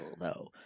no